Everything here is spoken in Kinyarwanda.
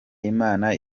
imana